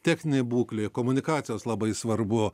techninė būklė komunikacijos labai svarbu